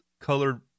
colored